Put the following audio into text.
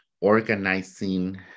organizing